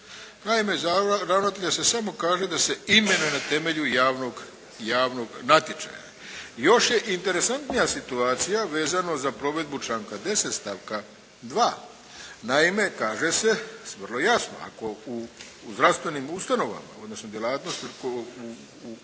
Naime, za ravnatelja se samo kaže da se imenuje na temelju javnog natječaja. Još je interesantnija situacija vezano za provedbu članka 10. stavka 2. Naime kaže se, vrlo jasno ako u zdravstvenim ustanovama, odnosno djelatnost